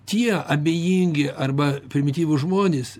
tie abejingi arba primityvūs žmonės